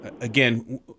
again